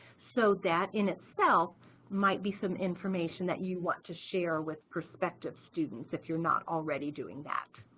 so that in itself might be some information that you want to share with prospective students if you're not already doing that